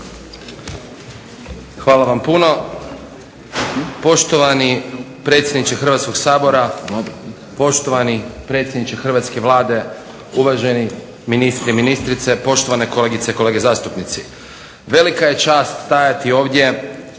Hvala vam puno, poštovani predsjedniče Hrvatskoga sabora. Poštovani predsjedniče hrvatske Vlade, uvaženi ministri i ministrice, poštovane kolegice i kolege zastupnici. Velika je čast stajati ovdje